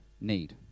need